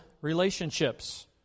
relationships